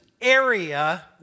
area